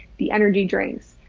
the energy drinks,